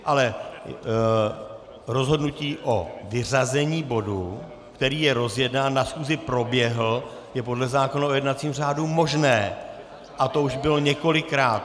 Ale rozhodnutí o vyřazení bodu, který je rozjednán a na schůzi proběhl, je podle zákona o jednacím řádu možné a to už bylo několikrát.